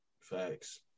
Facts